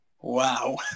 Wow